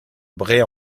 braye